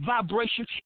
vibration